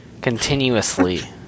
continuously